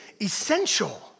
essential